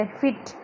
fit